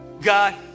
God